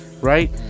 Right